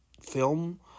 film